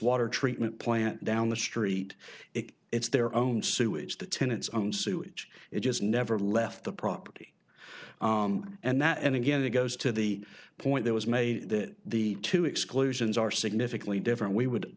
water treatment plant down the street it it's their own sewage the tenants on sewage it has never left the property and that and again it goes to the point that was made that the two exclusions are significantly different we would